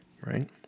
right